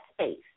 space